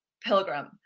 pilgrim